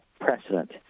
precedent